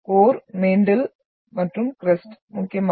core mantle மற்றும் crust முக்கியமாக